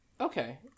Okay